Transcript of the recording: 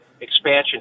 expansion